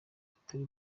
bitari